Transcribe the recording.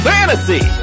Fantasy